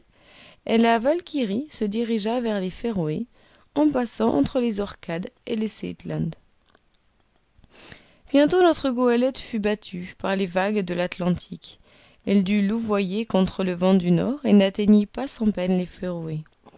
et la valkyrie se dirigea vers les feroë en passant entre les orcades et les seethland bientôt notre goélette fut battue par les vagues de l'atlantique elle dut louvoyer contre le vent du nord et n'atteignit pas sans peine les